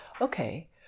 okay